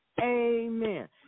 Amen